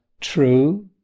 true